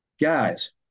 guys